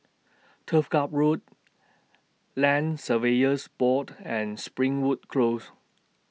Turf Ciub Road Land Surveyors Board and Springwood Close